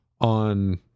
on